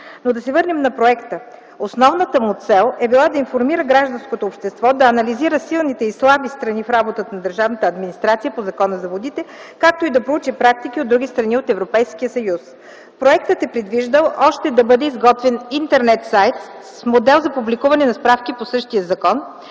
Но да се върнем на проекта. Основната му цел е била да информира гражданското общество, да анализира силните и слабите страни в работата на държавната администрация по Закона за водите, както и да проучи практики от други страни от Европейския съюз. Проектът е предвиждал още да бъде изготвен интернет сайт с модел за публикуване на справки по същия закон,